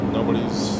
Nobody's